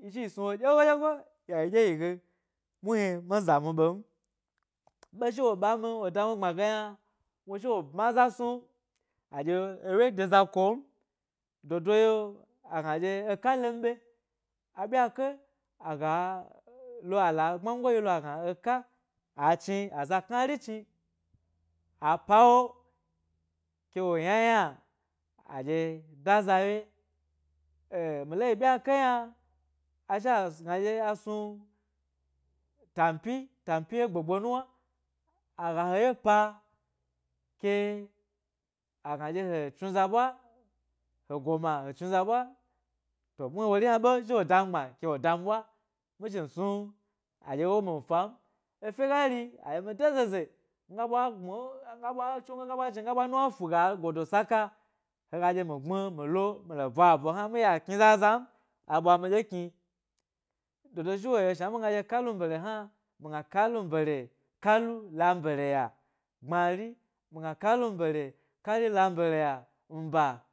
yi zhi yi snu wo dyego-dyego yayidye yi se muhni mi zamu ɓe m, be zhi wo ɓami wo da mi gbma ge yna wo zhi wo bma za snu edye ewye de za ko m, dodo yio agna dye kalmbe abyanke aga lo ala gbma knari chni apa wo ke wo yna yna adye da za wye, mi lo yi byanke yna azhi gna a snu tanpyi tanpyi wye gbegbe nuwna aqa he wye pa ke agna ɗye he tsnu za ɓwa he goma he tsnu za ɓwa to mu wori hna zhi wo da ngbma ke wo tan ɓwa adye wo mi n fa n, efe gari ache mi de zeze mu ga ɓwa gbmi mm na nga beva tsongo ga ɓwa jni n ga gbmi nga nuwna fu ga godo saka he ga dye mi gbmi mi to bwa bwe hna mi ga kni zaza m, a ɓwa midye kni n dodo zhi wo shna mi gna kalim bere hna mi gna kalun bere kalu la m bere ya gbmari migna kalu mɓere kalu lan bere ya nba